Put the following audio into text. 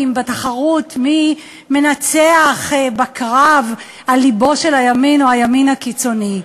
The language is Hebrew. בתחרות מי מנצח בקרב על לבו של הימין או הימין הקיצוני.